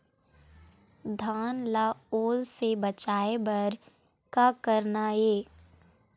धान ला ओल से बचाए बर का करना ये?